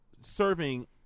serving